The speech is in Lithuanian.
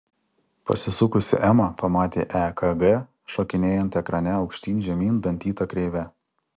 pasisukusi ema pamatė ekg šokinėjant ekrane aukštyn žemyn dantyta kreive